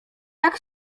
tak